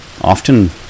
often